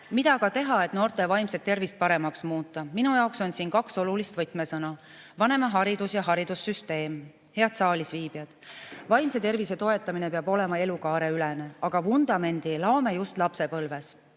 Mida aga teha, et noorte vaimset tervist paremaks muuta? Minu jaoks on siin kaks olulist võtmesõna: vanemaharidus ja haridussüsteem. Head saalisviibijad! Vaimse tervise toetamine peab olema elukaareülene, aga vundamendi laome just lapsepõlves.